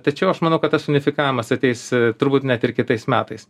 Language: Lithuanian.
tačiau aš manau kad tas unifikavimas ateis turbūt net ir kitais metais